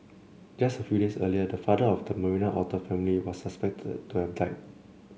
just a few days earlier the father of the Marina otter family was suspected to have died